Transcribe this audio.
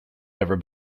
never